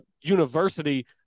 University